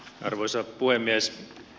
arvoisa puhemies